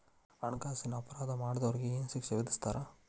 ಹಣ್ಕಾಸಿನ್ ಅಪರಾಧಾ ಮಾಡ್ದೊರಿಗೆ ಏನ್ ಶಿಕ್ಷೆ ವಿಧಸ್ತಾರ?